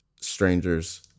strangers